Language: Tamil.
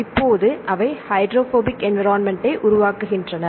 இப்போது அவை ஹைட்ரோபோபிக் என்விரோன்மெண்ட்டை உருவாக்குகின்றன